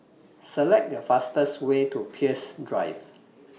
Select The fastest Way to Peirce Drive